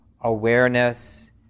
awareness